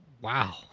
Wow